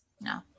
No